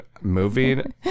moving